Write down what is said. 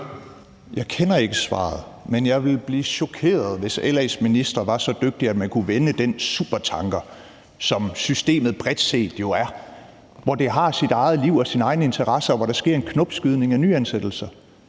Jeg kender ikke svaret, men jeg ville blive chokeret, hvis LA's ministre var så dygtige, at man kunne vende den supertanker, som systemet jo bredt set er; som har sit eget liv og sine egne interesser, og hvor der sker en knopskydning af nyansættelser.